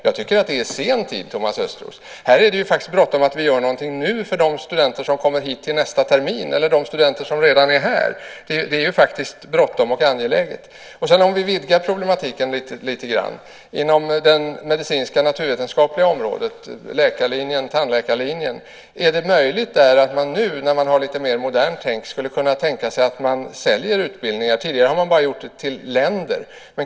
Jag tycker att det är sen tid, Thomas Östros. Här är det bråttom att vi gör något nu för de elever som kommer hit till nästa termin eller de studenter som redan är här. Det är faktiskt bråttom och angeläget. Sedan kan vi vidga problematiken lite grann. Är det möjligt att man inom det medicinska, naturvetenskapliga området - läkarlinjen, tandläkarlinjen - nu när man tänker lite mer modernt skulle kunna tänka sig att sälja utbildningar? Tidigare har man bara gjort det till länder.